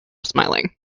smiling